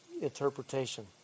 interpretation